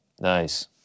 Nice